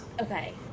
Okay